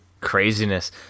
Craziness